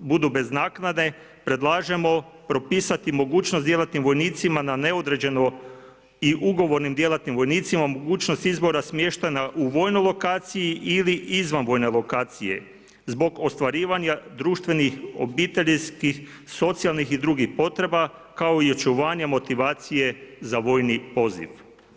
budu bez naknade, predlažemo propisati mogućnost djelatnim vojnicima na neodređeno i ugovornim djelatnim vojnicima mogućnost izbora smještena u vojnoj lokaciji ili izvan vojne lokacije zbog ostvarivanja društvenih, obiteljskih, socijalnih i drugih potreba kao i očuvanje motivacije za vojni poziv.